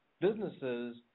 businesses –